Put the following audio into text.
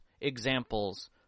examples